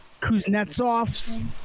Kuznetsov